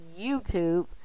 YouTube